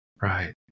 Right